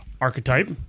archetype